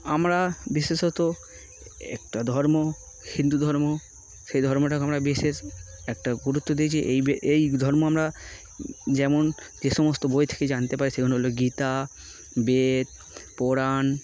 আমরা বিশেষত একটা ধর্ম হিন্দু ধর্ম সেই ধর্মটাকে আমরা বিশেষ একটা গুরুত্ব দিয়েছি এই এই ধর্ম আমরা যেমন যে সমস্ত বই থেকে জানতে পারি সেগুল হলো গীতা বেদ পুরাণ